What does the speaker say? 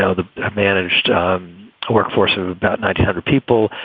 yeah the managed workforce of about nine hundred people.